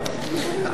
לכן,